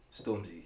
Stormzy